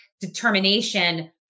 determination